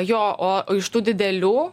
jo o iš tų didelių